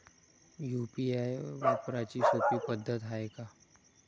UPI वापराची सोपी पद्धत हाय का?